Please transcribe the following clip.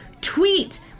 tweet